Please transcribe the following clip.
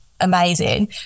amazing